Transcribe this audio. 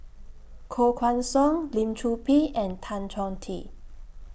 Koh Guan Song Lim Chor Pee and Tan Chong Tee